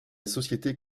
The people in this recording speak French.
société